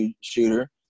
shooter